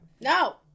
No